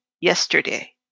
Yesterday